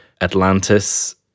atlantis